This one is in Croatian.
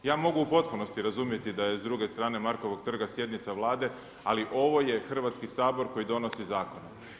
Ja mogu u potpunosti razumjeti da je s druge strane Markovog trga sjednica Vlade, ali ovo je Hrvatski sabor koji donosi zakone.